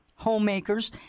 homemakers